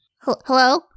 Hello